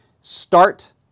start